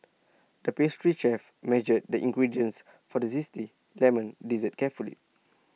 the pastry chef measured the ingredients for the Zesty Lemon Dessert carefully